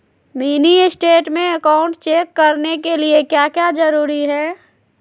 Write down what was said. Mini state में account check करने के लिए क्या क्या जरूरी है?